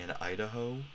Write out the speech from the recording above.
Idaho